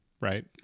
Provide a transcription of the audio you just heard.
right